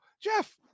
jeff